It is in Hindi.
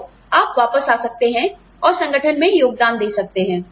तो आप वापस आ सकते हैं और संगठन में योगदान दे सकते हैं